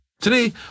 Today